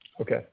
okay